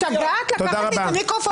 השתגעת לקחת לי את המיקרופון מהפה?